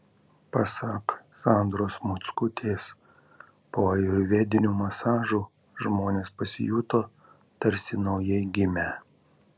pasak sandros mockutės po ajurvedinių masažų žmonės pasijuto tarsi naujai gimę